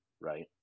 right